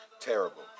terrible